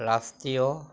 ৰাষ্ট্ৰীয়